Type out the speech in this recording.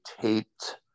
taped